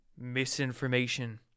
misinformation